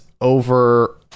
over